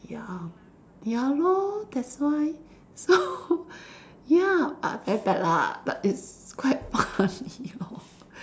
ya ya lor that's why so ya uh very bad lah but it's quite funny lor